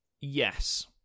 Yes